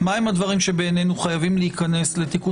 מה הדברים שבעינינו חייבים להיכנס לתיקון